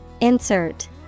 Insert